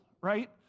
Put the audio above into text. right